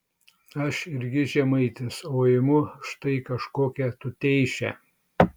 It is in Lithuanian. aš irgi žemaitis o imu štai kažkokią tuteišę